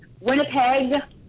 Winnipeg